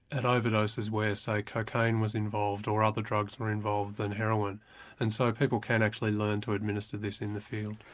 an overdose is where so cocaine was involved or other drugs were involved than heroin and so people can actually learn to administer this in the field.